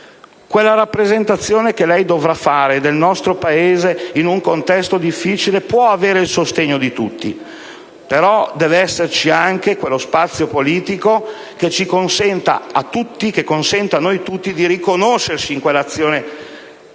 Quella rappresentazione che lei dovrà fare del nostro Paese in un contesto difficile può avere il sostegno di tutti, però deve esserci anche quello spazio politico che consenta a noi tutti di riconoscerci in quell'azione verso